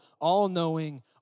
all-knowing